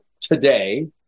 today